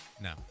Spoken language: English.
No